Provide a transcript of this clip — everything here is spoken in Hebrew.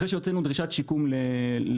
אחרי שהוצאנו דרישת שיקום לתש"ן,